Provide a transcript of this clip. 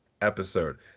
episode